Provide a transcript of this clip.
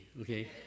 okay